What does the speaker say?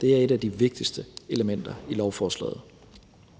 Det er et af de vigtigste elementer i lovforslaget.